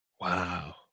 Wow